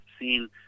seen